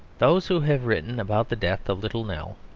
those who have written about the death of little nell,